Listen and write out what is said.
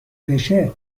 بشه